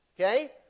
Okay